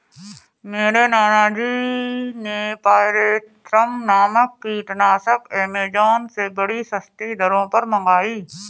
मेरे नाना जी ने पायरेथ्रम नामक कीटनाशक एमेजॉन से बड़ी सस्ती दरों पर मंगाई है